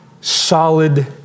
solid